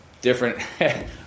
different